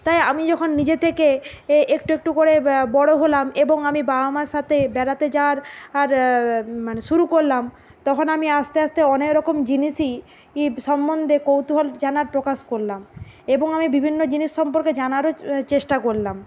তাই আমি যখন নিজে থেকে এ একটু একটু করে বড় হলাম এবং আমি বাবা মার সাথে বেড়াতে যাওয়ার আর মানে শুরু করলাম তখন আমি আস্তে আস্তে অনেক রকম জিনিসই সম্বন্ধে কৌতূহল জানার প্রকাশ করলাম এবং আমি বিভিন্ন জিনিস সম্পর্কে জানারও চেষ্টা করলাম